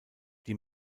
die